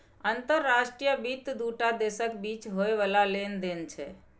अंतर्राष्ट्रीय वित्त दू टा देशक बीच होइ बला लेन देन छै